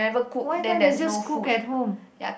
why can't you just school at home